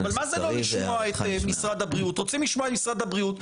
אנחנו רוצים לשמוע את משרד הבריאות,